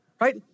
right